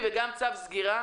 וגם צו סגירה.